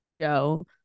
show